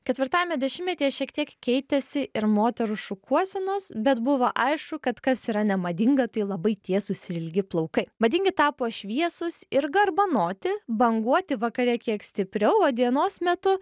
ketvirtajame dešimtmetyje šiek tiek keitėsi ir moterų šukuosenos bet buvo aišku kad kas yra nemadinga tai labai tiesūs ir ilgi plaukai madingi tapo šviesūs ir garbanoti banguoti vakare kiek stipriau o dienos metu